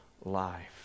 life